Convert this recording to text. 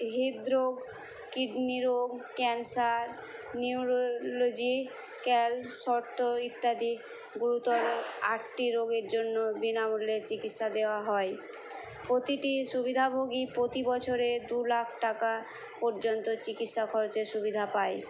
হৃদরোগ কিডনি রোগ cancer neurological শর্ত ইত্যাদি গুরুতর আটটি রোগের জন্য বিনামূল্যে চিকিস্যা দেওয়া হয় প্রতিটি সুবিধাভোগী প্রতি বছরে দু লাখ টাকা পর্যন্ত চিকিস্যা খরচের সুবিধা পায়